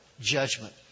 judgment